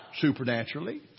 Supernaturally